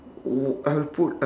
uh I will put